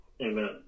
Amen